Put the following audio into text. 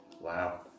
Wow